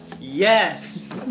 Yes